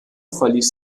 verließ